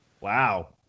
Wow